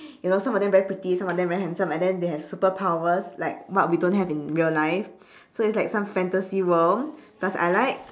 you know some of them very pretty some of them very handsome and then they have superpowers like what we don't have in real life so it's like some fantasy world plus I like